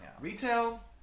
Retail